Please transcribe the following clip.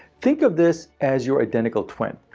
think of this as your identical twin.